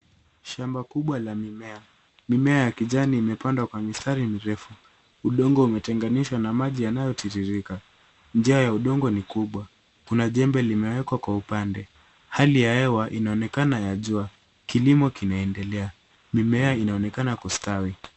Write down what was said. Shamba kubwa la mimea. Mimea ya kijani imepandwa kwa mistari mirefu .Udongo umetenganishwa na maji yanayotiririka. Njia ya udongi ni kubwa. Kuna jembe limewekwa kwa upande. Hali ya hewa inaonekana ya jua. Kilimo kinaendelea. Mimea inaonekana kustwawi.